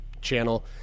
channel